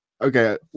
Okay